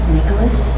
Nicholas